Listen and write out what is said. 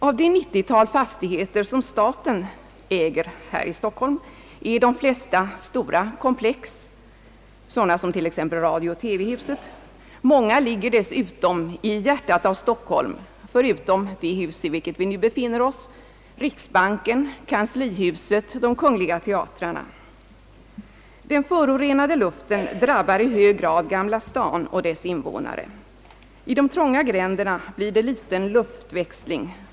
Av det 90-tal fastigheter som staten äger här i Stockholm är de flesta stora komplex, sådana som t.ex. radiooch TV-huset. Många ligger dessutom i hjärtat av Stockholm, förutom det bus i vilket vi nu befinner oss har vi riksbanken, kanslihuset och de kungliga teatrarna. Den förorenade luften drabbar i hög grad Gamla stan och dess invånare. I de trånga gränderna blir det liten luftväxling.